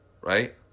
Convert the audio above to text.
Right